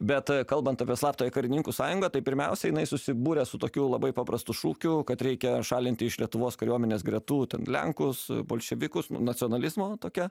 bet kalbant apie slaptąją karininkų sąjungą tai pirmiausia jinai susibūrė su tokiu labai paprastu šūkiu kad reikia šalinti iš lietuvos kariuomenės gretų ten lenkus bolševikus nacionalizmo tokia